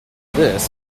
this